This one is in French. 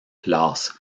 classe